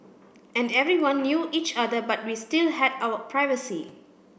and everyone knew each other but we still had our privacy